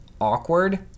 awkward